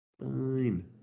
Fine